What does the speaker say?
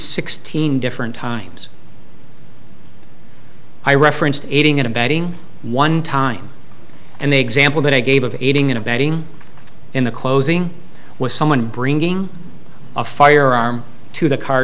sixteen different times i referenced aiding and abetting one time and the example that i gave of aiding and abetting in the closing was someone bringing a firearm to the